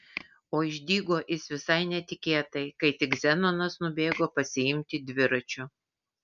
o išdygo jis visai netikėtai kai tik zenonas nubėgo pasiimti dviračio